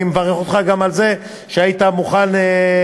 אני מברך אותך גם על זה שהיית מוכן להתפשר.